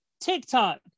TikTok